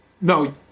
No